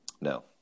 No